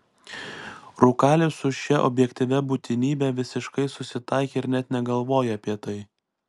rūkalius su šia objektyvia būtinybe visiškai susitaikė ir net negalvoja apie tai